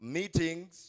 meetings